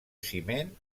ciment